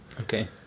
Okay